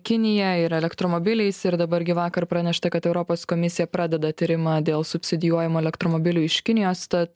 kinija ir elektromobiliais ir dabar gi vakar pranešta kad europos komisija pradeda tyrimą dėl subsidijuojamų elektromobilių iš kinijos tad